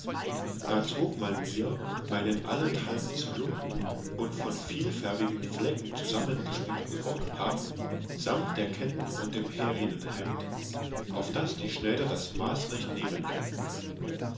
da zog man mir meinen allenthalben zerlumpten und von vielfärbigen flecken zusammgespickten rock ab samt der ketten und dem härinen hemd auf daß die schneider das maß recht nehmen könnten